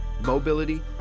mobility